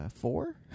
four